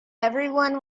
everyone